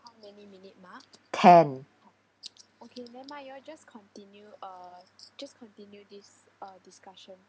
ten